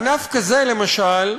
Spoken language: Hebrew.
ענף כזה הוא, למשל,